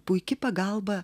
puiki pagalba